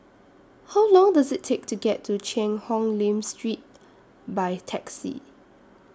How Long Does IT Take to get to Cheang Hong Lim Street By Taxi